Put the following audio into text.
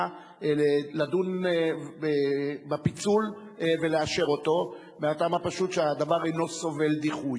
לדון בפיצול ולאשר אותו מהטעם הפשוט שהדבר אינו סובל דיחוי.